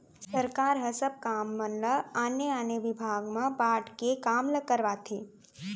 सरकार ह सब काम मन ल आने आने बिभाग म बांट के काम ल करवाथे